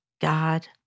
God